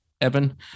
Evan